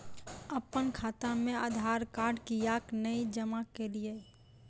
अप्पन खाता मे आधारकार्ड कियाक नै जमा केलियै?